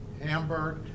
Hamburg